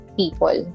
people